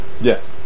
Yes